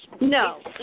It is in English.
no